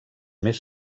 més